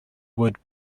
would